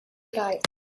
light